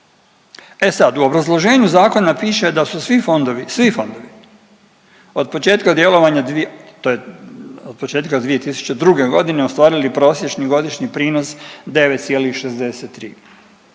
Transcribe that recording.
E sad, u obrazloženju zakona piše da su svi fondovi, svi fondovi od početka djelovanja, to je od početka 2002. godine ostvarili prosječni godišnji prinos 9,63.